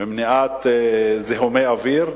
ומניעת זיהומי אוויר?